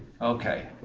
Okay